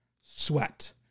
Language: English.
sweat